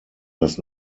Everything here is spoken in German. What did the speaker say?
das